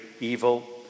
evil